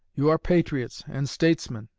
you are patriots and statesmen,